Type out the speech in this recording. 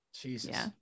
Jesus